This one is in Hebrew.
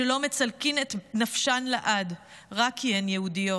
שלא מצלקים את נפשן לעד רק כי הן יהודיות.